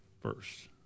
first